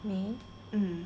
me